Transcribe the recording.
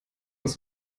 aus